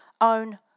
own